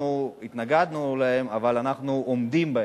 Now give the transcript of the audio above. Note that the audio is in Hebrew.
שאנחנו התנגדנו להם אבל אנחנו עומדים בהם,